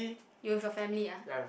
you with your family ah